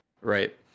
right